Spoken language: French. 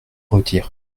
retire